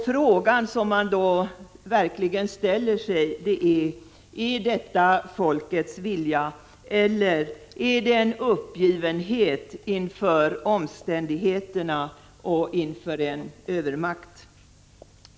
Frågan som man ställer sig är: Är detta folkets vilja eller är det en uppgivenhet inför omständigheterna och inför en övermakt?